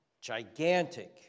Gigantic